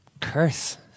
curse